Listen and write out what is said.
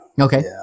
Okay